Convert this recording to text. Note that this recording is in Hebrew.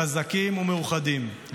חזקים ומאוחדים,